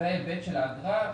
וההיבט של האגרה,